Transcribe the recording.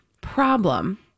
Problem